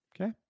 Okay